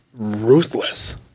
Ruthless